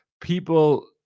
People